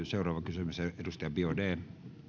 seuraava kysymys edustaja biaudet